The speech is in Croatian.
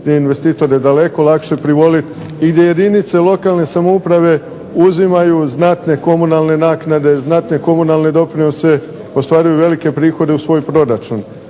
je investitore daleko lakše privoliti, i gdje jedinice lokalne samouprave uzimaju znatne komunalne naknade, znatne komunalne doprinose, ostvaruju velike prihode u svoj proračun,